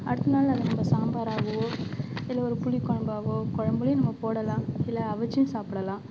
அடுத்தநாள் அதை நம்ப சாம்பாராகவோ இல்லை ஒரு புளி குலம்பாவோ குழம்புலையும் நம்ப போடலாம் இல்லை அவிச்சும் சாப்பிடலாம்